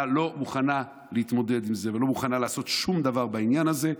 לא מוכנה להתמודד ולא מוכנה לעשות שום דבר בעניין הזה.